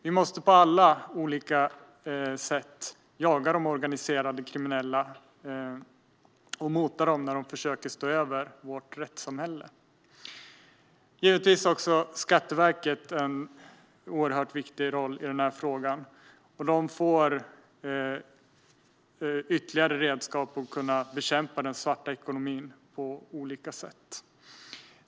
Vi måste på alla olika sätt jaga de organiserade kriminella och mota dem när de försöker sätta sig över vårt rättssamhälle. Givetvis har Skatteverket en oerhört viktig roll i denna fråga. De får ytterligare redskap för att kunna bekämpa den svarta ekonomin på olika sätt.